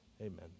amen